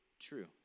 true